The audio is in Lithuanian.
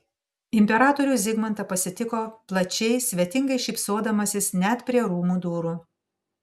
imperatorių zigmantą pasitiko plačiai svetingai šypsodamasis net prie rūmų durų